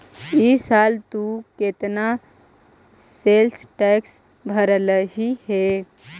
ई साल तु केतना सेल्स टैक्स भरलहिं हे